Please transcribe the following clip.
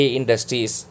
Industries